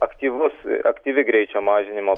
aktyvus aktyvi greičio mažinimo